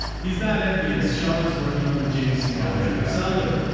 he's not envious. sean is working on the jameson culture seller.